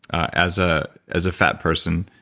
as ah as a fat person,